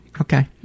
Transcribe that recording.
Okay